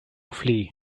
flee